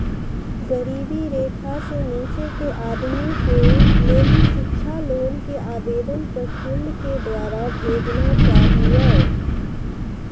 गरीबी रेखा से नीचे के आदमी के लेली शिक्षा लोन के आवेदन प्रखंड के द्वारा भेजना चाहियौ?